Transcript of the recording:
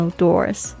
doors